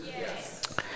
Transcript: Yes